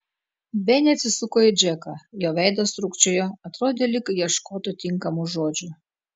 benė atsisuko į džeką jo veidas trūkčiojo atrodė lyg ieškotų tinkamų žodžių